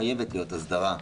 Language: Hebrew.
חייבת להיות הסדרה,